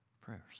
prayers